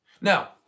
Now